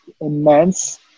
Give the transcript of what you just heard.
immense